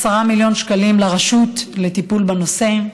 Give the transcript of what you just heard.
10 מיליון שקלים לרשות לטיפול בנושא.